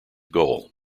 goal